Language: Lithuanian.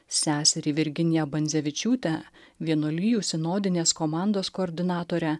seserį virginiją banzevičiūtę vienuolijų sinodinės komandos koordinatorę